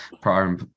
prior